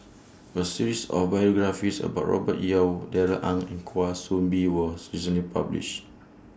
A series of biographies about Robert Yeo Darrell Ang and Kwa Soon Bee was recently published